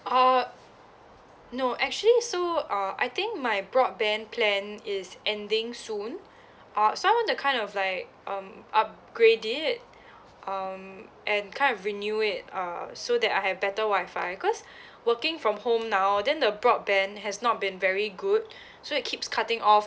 uh no actually so uh I think my broadband plan is ending soon uh so I want to kind of like um upgrade it um and kind of renew it uh so that I have better W_I_F_I cause working from home now then the broadband has not been very good so it keeps cutting off